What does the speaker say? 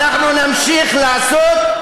אנחנו נמשיך לעשות.